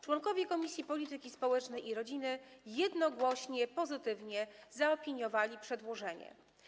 Członkowie Komisji Polityki Społecznej i Rodziny jednogłośnie pozytywnie zaopiniowali przedłożenie.